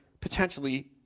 potentially